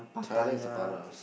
Thailand is the farthest